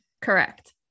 Correct